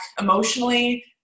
emotionally